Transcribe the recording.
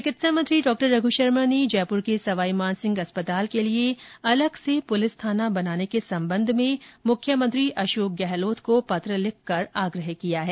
चिकित्सा मंत्री डॉ रघु शर्मा ने जयपुर के सवाई मानसिंह अस्पताल के लिए अलग से पुलिस थाना बनाने के सबंध में मुख्यमंत्री अशोक गहलोत को पत्र लिखकर आग्रह किया है